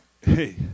Hey